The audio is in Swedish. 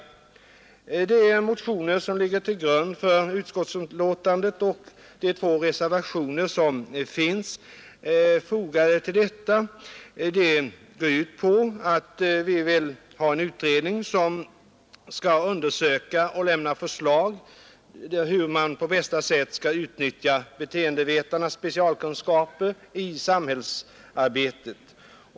Motionen 241, som bl.a. ligger till grund för utskottsbetänkandet, och den första av de två reservationer som finns fogade till detta går ut på önskemål om en utredning, som skall undersöka och lämna förslag om hur man på bästa sätt skall utnyttja beteendevetarnas specialkunskaper i samhällsarbetet.